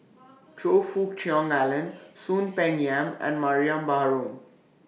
Choe Fook Cheong Alan Soon Peng Yam and Mariam Baharom